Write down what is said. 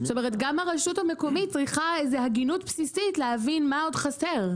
גם הרשות המקומית צריכה הגינות בסיסית להבין מה עוד חסר.